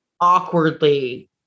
awkwardly